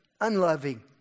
unloving